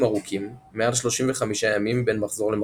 ארוכים מעל 35 ימים בין מחזור למחזור.